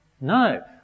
No